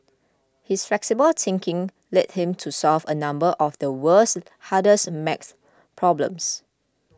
his flexible thinking led him to solve a number of the world's hardest math problems